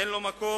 אין להם מקום.